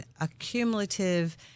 accumulative